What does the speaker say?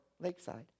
Lakeside